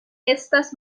estas